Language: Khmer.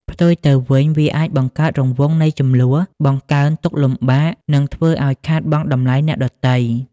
ផ្ទុយទៅវិញ វាអាច បង្កើតរង្វង់នៃជម្លោះ បង្កើនទុក្ខលំបាក និងធ្វើឲ្យខាតបង់តម្លៃអ្នកដទៃ។